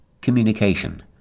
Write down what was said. Communication